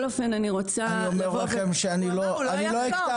אני אומר לכם שלא אקטע